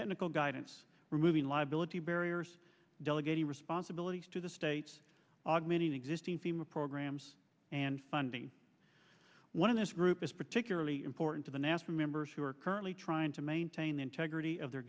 technical guidance removing liability barriers delegating responsibilities to the states augmenting existing fema programs and funding one of this group is particularly important to the nasa members who are currently trying to maintain the integrity of their